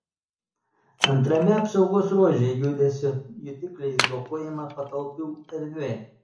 antrame apsaugos ruože judesio jutikliais blokuojama patalpų erdvė